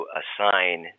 assign